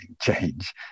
change